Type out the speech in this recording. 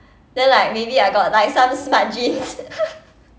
then like maybe I got like some smart genes